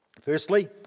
Firstly